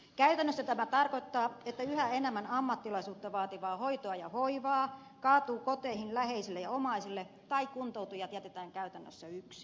käytännössä tämä tarkoittaa sitä että yhä enemmän ammattilaisuutta vaativaa hoitoa ja hoivaa kaatuu koteihin läheisille ja omaisille tai kuntoutujat jätetään käytännössä yksin